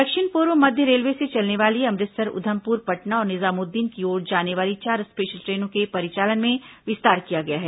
दक्षिण पूर्व मध्य रेलवे से चलने वाली अमृतसर उधमपुर पटना और निजामुद्दीन की ओर जाने वाली चार स्पेशल ट्रेनों के परिचालन में विस्तार किया गया है